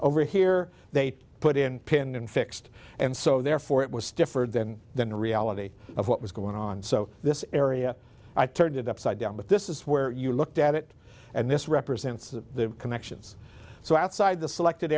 over here they put in pin and fixed and so therefore it was different than than the reality of what was going on so this area i turned it upside down but this is where you looked at it and this represents the connections so outside the selected